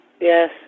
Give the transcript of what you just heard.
yes